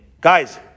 Guys